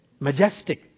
majestic